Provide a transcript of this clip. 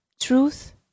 truth